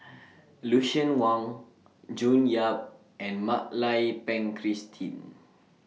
Lucien Wang June Yap and Mak Lai Peng Christine